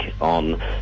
on